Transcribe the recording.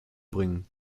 bringen